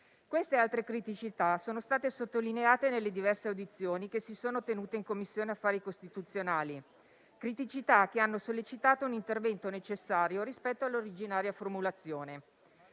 Queste e altre criticità sono state sottolineate nelle diverse audizioni svolte in Commissione affari costituzionali, che hanno sollecitato un intervento necessario rispetto all'originaria formulazione